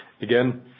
Again